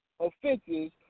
offenses